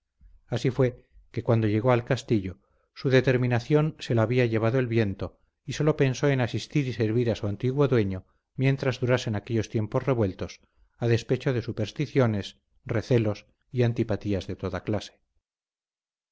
así fue que cuando llegó al castillo su determinación se la había llevado el viento y sólo pensó en asistir y servir a su antiguo dueño mientras durasen aquellos tiempos revueltos a despecho de supersticiones recelos y antipatías de toda clase